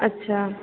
अच्छा